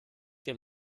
dem